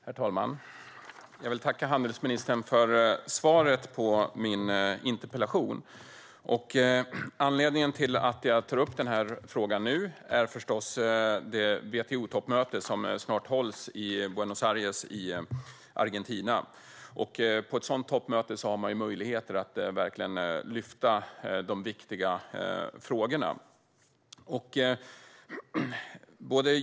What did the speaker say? Herr talman! Jag vill tacka handelsministern för svaret på min interpellation. Anledningen till att jag tar upp denna fråga nu är förstås det WTO-toppmöte som snart hålls i Buenos Aires i Argentina. På ett sådant toppmöte har man möjligheter att lyfta de viktiga frågorna.